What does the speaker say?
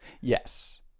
Yes